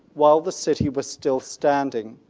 while the city was still standing.